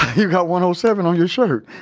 you got one oh, seven on your shirt.